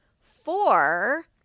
four